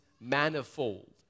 manifold